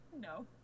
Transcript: No